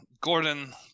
Gordon